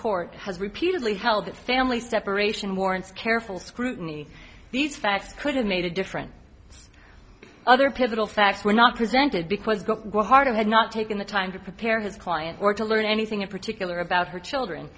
court has repeatedly held that family separation warrants careful scrutiny these facts could have made a difference other pivotal facts were not presented because go harder had not taken the time to prepare his client or to learn anything in particular about her children